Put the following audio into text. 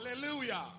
Hallelujah